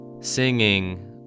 Singing